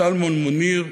סלומון מניר,